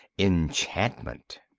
enchantment.